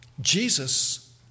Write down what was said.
Jesus